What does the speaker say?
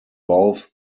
both